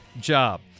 job